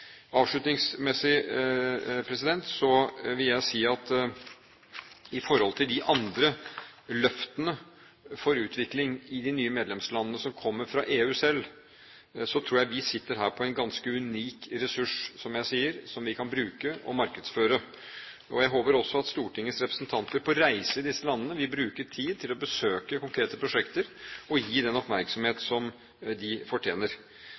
Avslutningsmessig vil jeg si at i forhold til de andre løftene for utvikling i de nye medlemslandene som kommer fra EU selv, tror jeg vi her sitter på en ganske unik ressurs, som jeg sier, som vi kan bruke og markedsføre. Jeg håper også at Stortingets representanter på reise i disse landene vil bruke tid på å besøke konkrete prosjekter og gi dem den oppmerksomhet som de fortjener.